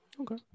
Okay